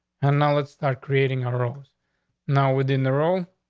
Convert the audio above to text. and now let's start creating a rose now within the road,